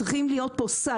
צריך להיות פה סל,